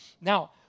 Now